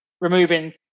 removing